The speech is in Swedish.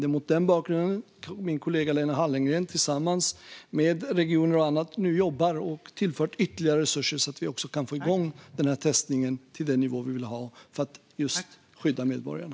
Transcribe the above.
Det är mot den bakgrunden min kollega Lena Hallengren jobbar tillsammans med regioner och andra och har tillfört ytterligare resurser, så att vi kan få igång testningen till den nivå vi vill ha för att skydda medborgarna.